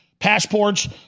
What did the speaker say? Passports